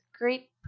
great